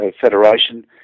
federation